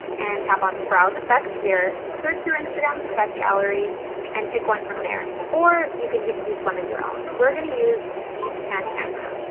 and tap on browse effects here, search through instagram's effect gallery and pick one from there or you can just use one of your own. we're going to use beach tan camera